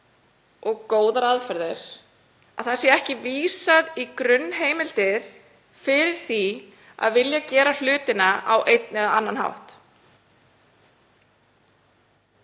og góðar aðferðir sé ekki vísað í grunnheimildir fyrir því að vilja gera hlutina á einn eða annan hátt.